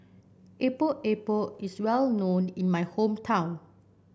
Epok Epok is well known in my hometown